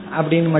Abdin